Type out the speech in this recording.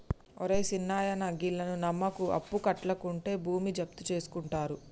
ఒరే సిన్నాయనా, గీళ్లను నమ్మకు, అప్పుకట్లకుంటే భూమి జప్తుజేసుకుంటరు